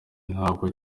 ntabwo